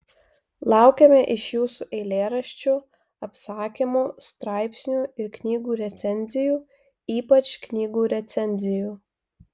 laukiame iš jūsų eilėraščių apsakymų straipsnių ir knygų recenzijų ypač knygų recenzijų